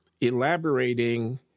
elaborating